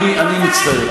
אז אני אשיב,